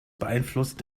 beeinflusst